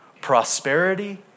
prosperity